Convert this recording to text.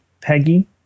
Peggy